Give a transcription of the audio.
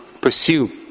pursue